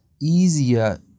easier